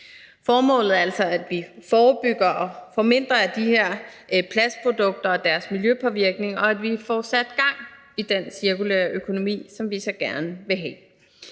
Formålet er altså, at vi forebygger og får færre af de her plastprodukter og deres miljøpåvirkning, og at vi får sat gang i den cirkulære økonomi, som vi så gerne vil have.